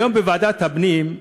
היום בוועדת הפנים,